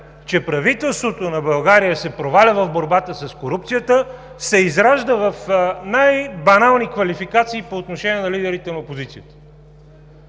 че правителството на България се проваля в борбата с корупцията и се изражда в най-банални квалификации по отношение на лидерите на опозицията.